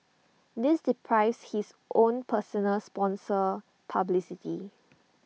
this deprives his own personal sponsor publicity